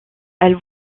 elle